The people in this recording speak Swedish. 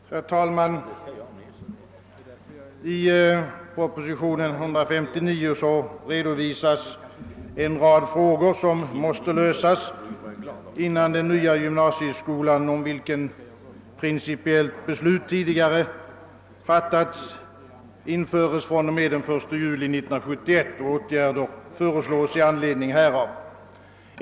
Herr talman! I propositionen 159 redovisas en rad frågor som måste lösas innan den nya gymnasieskolan, om vilken principiellt beslut tidigare fattats, införs fr.o.m. den 1 juli 1971, och åtgärder föreslås med anledning härav.